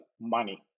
money